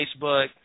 Facebook